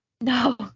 No